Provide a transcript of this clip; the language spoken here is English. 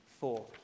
four